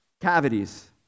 Cavities